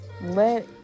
Let